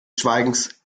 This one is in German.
schweigens